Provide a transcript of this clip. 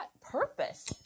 purpose